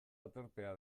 aterpea